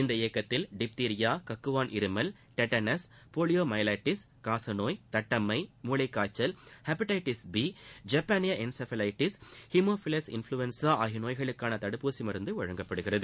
இந்த இயக்கத்தில் டிப்திரியா கக்குவாள் இருமல் டெட்டனஸ் போலியோ மைலெட்டிஸ் காசநோய் தட்டம்மை மூளைக்காய்ச்சல் ஹெப்படைடிஸ் பி ஜப்பானிய என்கெஃபாலிட்டிஸ் ஹிமோஃபலைஸ் இன்ஃபிலின்சா ஆகிய நோய்களுக்கான தடுப்பூசி மருந்து வழங்கப்படுகிறது